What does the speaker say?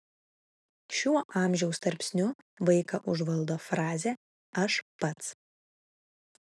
šiuo amžiaus tarpsniu vaiką užvaldo frazė aš pats